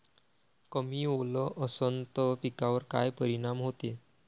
कमी ओल असनं त पिकावर काय परिनाम होते?